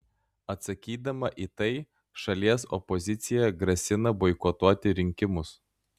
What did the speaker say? atsakydama į tai šalies opozicija grasina boikotuoti rinkimus